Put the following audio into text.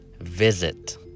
visit